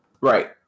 Right